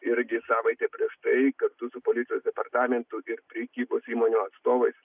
irgi savaitę prieš tai kartu su policijos departamentu ir prekybos įmonių atstovais